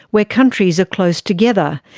where countries are close together.